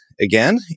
again